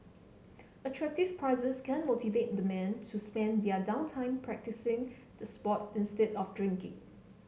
attractive prizes can motivate the men to spend their down time practising the sport instead of drinking